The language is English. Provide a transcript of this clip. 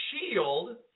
shield